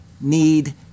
need